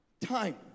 Time